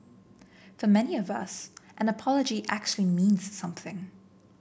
for many of us an apology actually means something